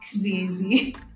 crazy